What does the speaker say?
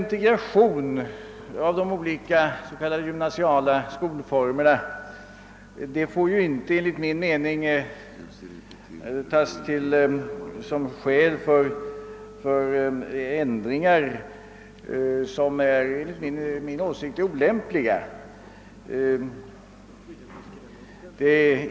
Integration av de olika s.k. gymnasiala skolformerna får inte, enligt min mening, tas som skäl för ändringar som eljest är olämpliga.